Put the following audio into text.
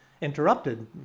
interrupted